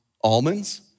almonds